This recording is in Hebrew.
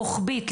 רוחבית,